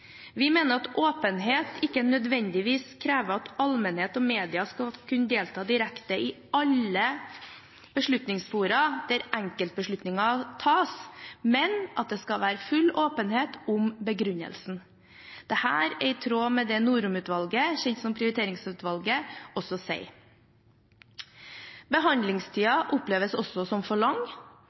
Vi mener at åpenhet ikke nødvendigvis krever at allmennhet og media skal kunne delta direkte i alle beslutningsfora der enkeltbeslutninger tas, men at det skal være full åpenhet om begrunnelsen. Dette er også i tråd med det Norheim-utvalget, kjent som Prioriteringsutvalget, sier. Behandlingstiden oppleves også som for lang,